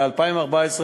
ב-2014,